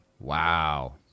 Wow